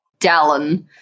Dallin